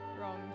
wrong